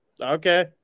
Okay